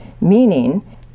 meaning